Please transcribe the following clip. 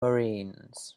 marines